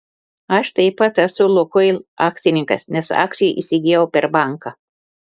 aš taip pat esu lukoil akcininkas nes akcijų įsigijau per banką